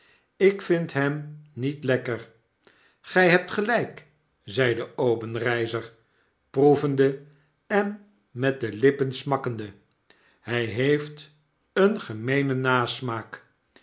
ik vind hem niet lekker b gij hebt gelyk zeide obenreizer proevende en met de lippen smakkende m hy heeft een gemeenen nasmaak